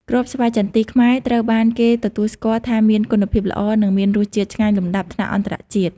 គ្រាប់ស្វាយចន្ទីខ្មែរត្រូវបានគេទទួលស្គាល់ថាមានគុណភាពល្អ និងមានរសជាតិឆ្ងាញ់លំដាប់ថ្នាក់អន្តរជាតិ។